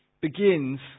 begins